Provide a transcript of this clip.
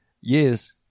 Yes